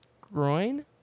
groin